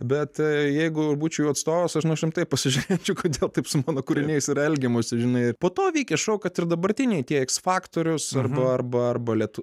bet jeigu būčiau jų atstovas aš nors rimtai pasižiūrėčiau kodėl taip su mano kūriniais yra elgiamasi žinai po to veikia šou kad ir dabartiniai tie iks faktorius arba arba arbaletų